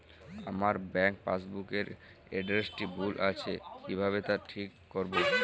আমার bank passbook এর এড্রেসটি ভুল আছে কিভাবে তা ঠিক করবো?